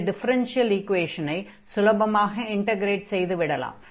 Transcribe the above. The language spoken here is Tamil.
இந்த டிஃபரென்ஷியல் ஈக்வேஷனை சுலபமாக இன்டக்ரேட் செய்துவிடலாம்